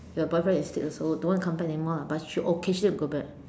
her boyfriend in states also don't want come back anymore lah but she occasionally will go back